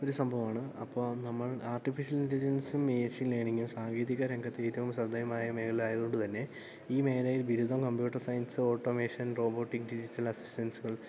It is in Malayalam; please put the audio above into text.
ഒരു സംഭവമാണ് അപ്പോൾ നമ്മൾ ആർട്ടിഫിഷ്യൽ ഇൻ്റെലിജൻസും മെഷീൻ ലേർണിങ്ങും സാങ്കേതിക രംഗത്ത് ഏറ്റവും ശ്രദ്ധേയമായ മേഖലയായതുകൊണ്ട് തന്നെ ഈ മേലയിൽ ബരുദം computer science automation robotic digital അസിസ്റ്റൻസുകൾ